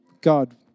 God